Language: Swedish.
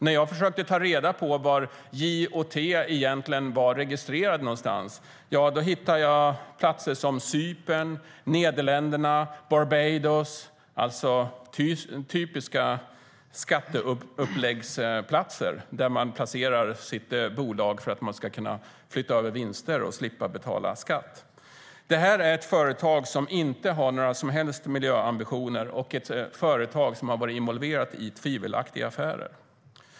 När jag försökte ta reda på var J & T egentligen var registrerad hittade jag platser som Cypern, Nederländerna och Barbados, alltså typiska platser för skatteupplägg där man placerar sitt bolag för att man ska kunna flytta över vinster och slippa betala skatt. Det är ett företag som inte har några som helst miljöambitioner, ett företag som har varit involverat i tvivelaktiga affärer.